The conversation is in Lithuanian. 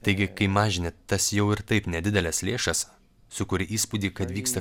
taigi kai mažini tas jau ir taip nedideles lėšas sukuria įspūdį kad vyksta